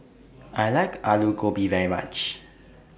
I like Aloo Gobi very much